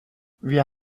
wir